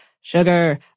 sugar